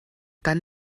dann